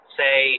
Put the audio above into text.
say